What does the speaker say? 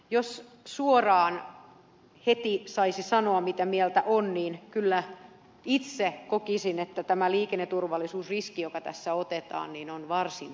jos suoraan heti saisi sanoa mitä mieltä on niin kyllä itse kokisin että tämä liikenneturvallisuusriski joka tässä otetaan on varsin suuri